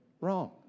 wrong